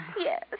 Yes